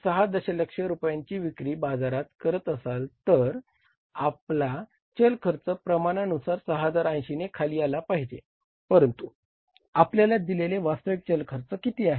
6 दशलक्ष रुपयांची विक्री बाजारात करत असाल तर आपला चल खर्च प्रमाणानुसार 6080 ने खाली आला पाहिजे परंतु आपल्याला दिलेले वास्तविक चल खर्च किती आहे